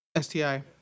STI